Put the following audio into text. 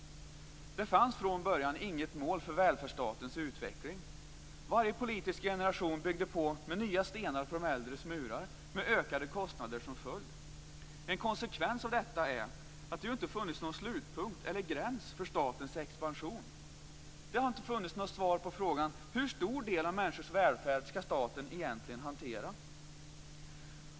Det fanns från början inget mål för välfärdsstatens utveckling. Varje politisk generation byggde på med nya stenar på de äldres murar, med ökade kostnader som följd. En konsekvens av detta är att det ju inte har funnits någon slutpunkt eller gräns för statens expansion. Det har inte funnits något svar på frågan hur stor del av människors välfärd som staten egentligen skall hantera.